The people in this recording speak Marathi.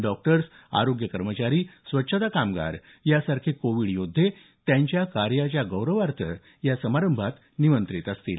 डॉक्टर्स आरोग्य कर्मचारी स्वच्छता कामगार यासारखे कोविड योद्धे त्यांच्या कार्याच्या गौरवार्थ या समारंभात निमंत्रित असतील